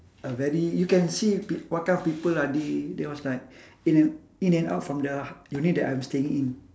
a very you can see p~ what kind of people are they they was like in and in and out from the unit that I'm staying in